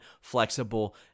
flexible